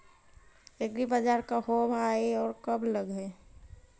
एग्रीबाजार का होब हइ और कब लग है?